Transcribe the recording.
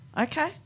Okay